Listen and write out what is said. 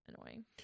Annoying